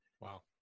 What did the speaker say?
Wow